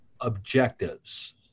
objectives